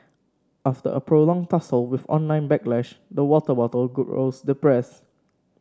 after a prolonged tussle with online backlash the water bottle grows depressed